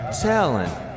talent